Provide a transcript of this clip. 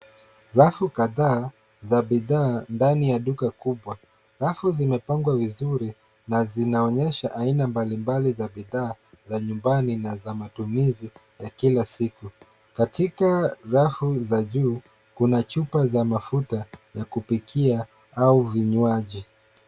Rafu kadhaa za bidhaa ndani ya duka kubwa .Rafu zimepangwa vizuri na zinaonyesha aina mbalimbali za bidhaa za nyumbani na za matumizi ya kila siku .Katika rafu za juu kuna chupa za mafuta ya kupikia au vinywaji.